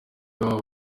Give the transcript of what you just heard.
waba